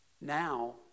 Now